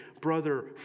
brother